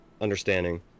understanding